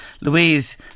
Louise